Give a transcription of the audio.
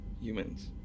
humans